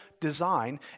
design